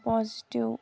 positive